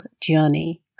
journey